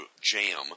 jam